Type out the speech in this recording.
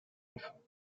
enfants